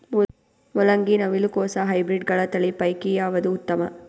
ಮೊಲಂಗಿ, ನವಿಲು ಕೊಸ ಹೈಬ್ರಿಡ್ಗಳ ತಳಿ ಪೈಕಿ ಯಾವದು ಉತ್ತಮ?